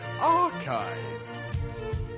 archive